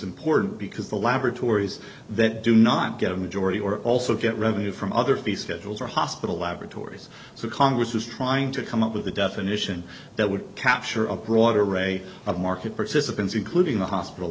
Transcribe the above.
important because the laboratories that do not get a majority or also get revenue from other fee schedules are hospital laboratories so congress is trying to come up with a definition that would capture a broad array of market participants including the hospital